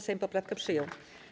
Sejm poprawkę przyjął.